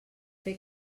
fer